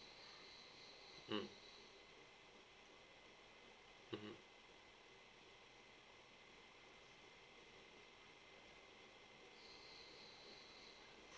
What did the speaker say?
mm mmhmm